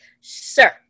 sir